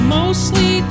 mostly